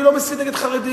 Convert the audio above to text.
אני לא מסית נגד חרדים,